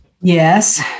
Yes